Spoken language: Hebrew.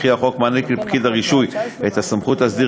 וכי החוק מעניק לפקיד הרישוי את הסמכות להסדיר